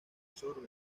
absorben